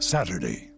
Saturday